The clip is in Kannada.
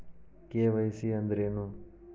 ಕೆ.ವೈ.ಸಿ ಅಂದ್ರೇನು?